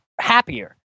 happier